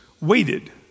waited